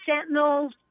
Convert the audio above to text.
sentinels